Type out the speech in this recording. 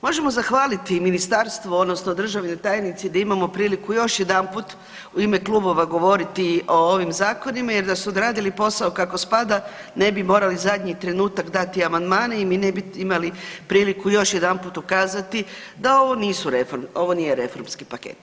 Možemo zahvaliti ministarstvu odnosno državnoj tajnici da imamo priliku još jedanput u ime klubova govoriti o ovim zakonima jer da su odradili posao kako spada ne bi morali zadnji trenutak dati amandmane i mi ne bi imali priliku još jedanput ukazati da ovo nisu reforme, nije reformski paket.